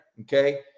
okay